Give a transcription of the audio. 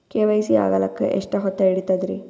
KYC ಆಗಲಕ್ಕ ಎಷ್ಟ ಹೊತ್ತ ಹಿಡತದ್ರಿ?